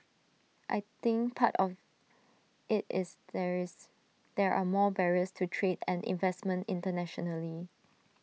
I think part of IT is there is there are more barriers to trade and investment internationally